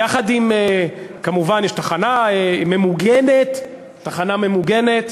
כמובן, יש תחנה ממוגנת, תחנה ממוגנת,